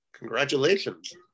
congratulations